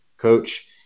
coach